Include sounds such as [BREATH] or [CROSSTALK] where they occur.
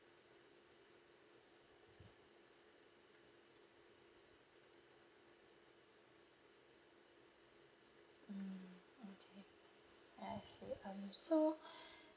mm okay ya I see um so [BREATH]